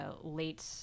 late